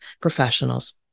professionals